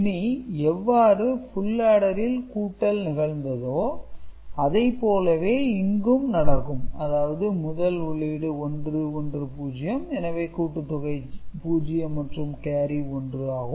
இனி எவ்வாறு புல் ஆடரில் கூட்டல் நிகழ்ந்ததோ அதைப் போலவே இங்கும் நடக்கும் அதாவது முதல் உள்ளீடு 1 1 0 எனவே கூட்டுத்தொகை 0 மற்றும் கேரி 1 ஆகும்